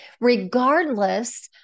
regardless